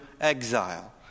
exile